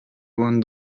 bon